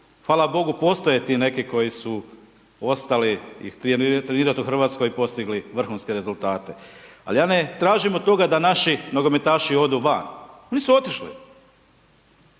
hvala bogu postoje ti neki koji su ostali i htjeli trenirat u Hrvatskoj i postigli vrhunske rezultate, ali ja ne tražim od toga da naši nogometaši odu van, oni su otišli,